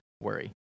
worry